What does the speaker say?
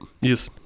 Yes